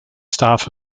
staff